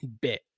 bit